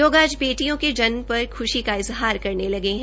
लोग आज बेटियो के जन्म पर ख्शी का इजहार करने लगे है